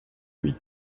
lui